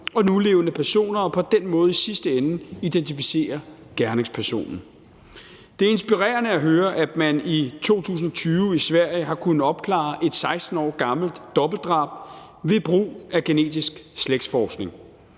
og nulevende personer og på den måde i sidste ende identificere gerningspersonen. Det er inspirerende at høre, at man i 2020 i Sverige har kunnet opklare et 16 år gammelt dobbeltdrab ved brug af genetisk slægtsforskning.